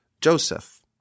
Joseph